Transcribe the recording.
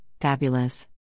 Fabulous